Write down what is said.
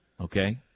Okay